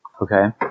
Okay